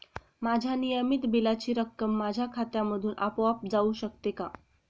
माझ्या नियमित बिलाची रक्कम माझ्या खात्यामधून आपोआप जाऊ शकते का?